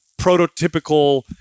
prototypical